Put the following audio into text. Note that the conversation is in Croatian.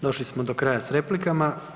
Došli smo do kraja s replikama.